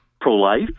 pro-life